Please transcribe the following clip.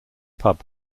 pub